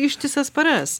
ištisas paras